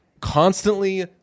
constantly –